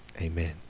Amen